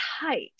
tight